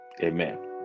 Amen